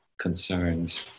concerns